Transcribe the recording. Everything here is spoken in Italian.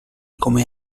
come